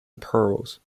pearls